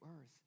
earth